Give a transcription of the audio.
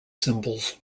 symbols